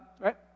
Right